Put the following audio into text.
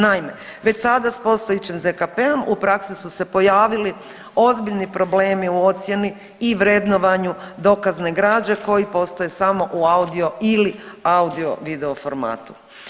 Naime, već sada s postojećim ZKP-om u praksi su se pojavili ozbiljni problemi u ocjeni i vrednovanju dokazne građe koji postoje samo u audio ili audio video formatu.